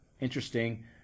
interesting